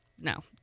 no